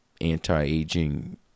anti-aging